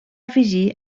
afegir